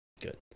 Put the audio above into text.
Good